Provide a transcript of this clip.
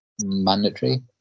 mandatory